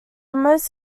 most